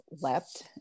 left